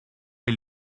est